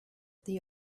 the